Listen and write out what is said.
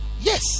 yes